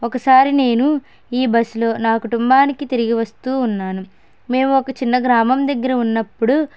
ఒకసారి నేను ఈ బస్లో నా కుటుంబానికి తిరిగి వస్తూ ఉన్నాను మేము ఒక చిన్న గ్రామం దగ్గర ఉన్నప్పుడు